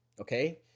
Okay